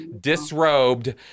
disrobed